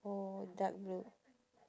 orh dark blue